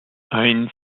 eins